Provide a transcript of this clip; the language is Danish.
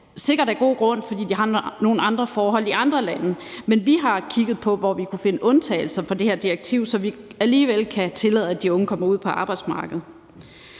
sikkert af god grund, fordi de har nogle andre forhold i andre lande. Men vi har kigget på, hvor vi kunne finde undtagelser fra det her direktiv, så vi alligevel kan tillade, at de unge kommer ud på arbejdsmarkedet.